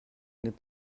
n’est